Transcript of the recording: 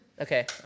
Okay